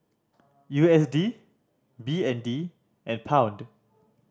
U S D B N D and Pound